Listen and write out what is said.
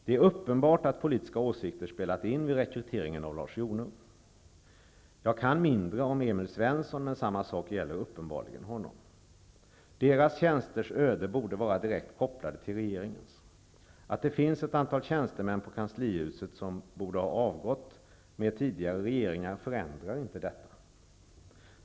Det är uppenbart att politiska åsikter spelat in vid rekryteringen av Lars Jonung. Jag kan mindre om Emil Svensson, men samma sak gäller uppenbarligen honom. Deras tjänsters öde borde vara direkt kopplat till regeringens. Att det finns ett antal tjänstemän i Kanslihuset som borde ha avgått med tidigare regeringar, förändrar inte detta.